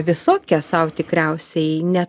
visokia sau tikriausiai ne